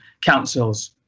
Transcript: councils